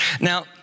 now